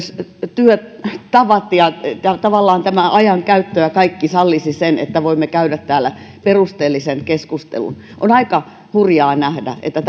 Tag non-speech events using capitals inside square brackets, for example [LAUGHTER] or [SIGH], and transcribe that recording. työtavat ja tavallaan tämä ajankäyttö ja kaikki sallisivat sen että voisimme käydä täällä perusteellisen keskustelun on aika hurjaa nähdä että [UNINTELLIGIBLE]